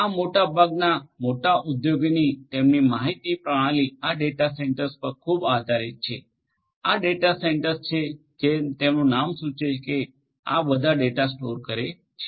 આ મોટાભાગના મોટા ઉદ્યોગોની તેમની માહિતી પ્રણાલી આ ડેટા સેન્ટર્સ પર ખૂબ આધારિત છે આ ડેટા સેન્ટર્સ છે જેમ તેનું નામ સૂચવે છે કે આ બધા ડેટા સ્ટોર કરે છે